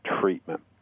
treatment